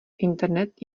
internet